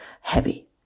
heavy